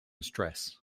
stress